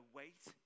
weight